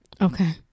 Okay